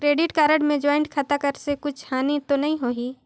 Credit card मे joint खाता कर से कुछ हानि तो नइ होही?